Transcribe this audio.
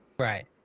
Right